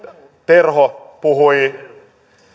terho puhui